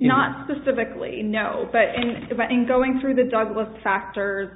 not specifically no but if i think going through the douglass factors